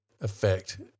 effect